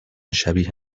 شبیه